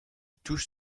touche